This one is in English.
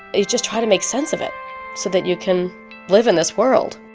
you just try to make sense of it so that you can live in this world